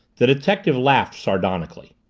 the detective laughed sardonically.